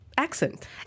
Accent